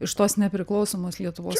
iš tos nepriklausomos lietuvos